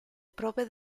prove